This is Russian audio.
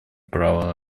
право